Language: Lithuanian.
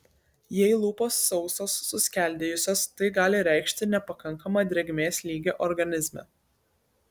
jei lūpos sausos suskeldėjusios tai gali reikšti nepakankamą drėgmės lygį organizme